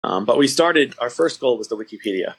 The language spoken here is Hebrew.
אבל התחלנו, המטרה הראשונה שלנו הייתה הוויקיפדיה.